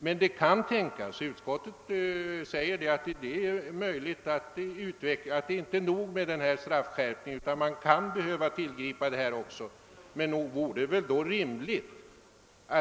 Det kan emellertid tänkas — utskottet skriver att det är möjligt — att det inte är nog med den nu av utskottet förordade straffskärpningen, utan att det kan bli nödvändigt att också förklara transportmedel som direkt använts som hjälpmedel vid brott mot jaktlagen förverkat.